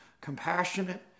compassionate